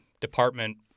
department